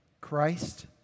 Christ